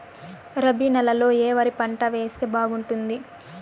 రబి నెలలో ఏ వరి పంట వేస్తే బాగుంటుంది